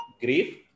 grief